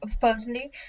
personally